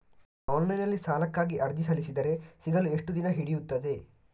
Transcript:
Online ನಲ್ಲಿ ಸಾಲಕ್ಕಾಗಿ ಅರ್ಜಿ ಸಲ್ಲಿಸಿದರೆ ಸಿಗಲು ಎಷ್ಟು ದಿನ ಹಿಡಿಯುತ್ತದೆ?